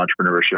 entrepreneurship